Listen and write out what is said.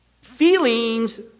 feelings